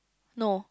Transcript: no